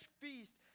feast